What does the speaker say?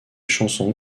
chansons